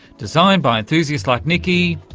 designed by enthusiasts like niki,